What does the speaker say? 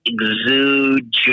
exude